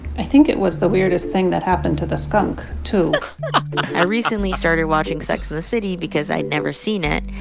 i think it was the weirdest thing that happened to the skunk, too i recently started watching sex and the city because i had never seen it.